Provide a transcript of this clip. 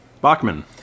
Bachman